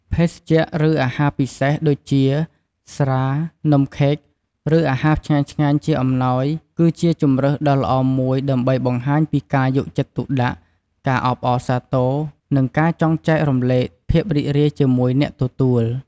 ភេសជ្ជៈ ឬអាហារពិសេស ដូចជា ស្រា នំខេក ឬអាហារឆ្ងាញ់ៗ ជាអំណោយ គឺជាជម្រើសដ៏ល្អមួយដើម្បីបង្ហាញពីការយកចិត្តទុកដាក់ ការអបអរសាទរ និងការចង់ចែករំលែកភាពរីករាយជាមួយអ្នកទទួល។